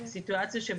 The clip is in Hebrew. אני